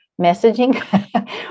messaging